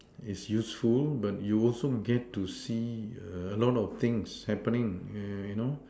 is useful but you also get to see err a lot of things happening you you know